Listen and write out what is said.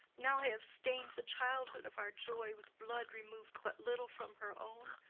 now i have stain'd the childhood of our joy with blood remov'd but little from her own?